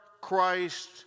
Christ